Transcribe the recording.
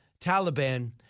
Taliban